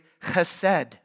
chesed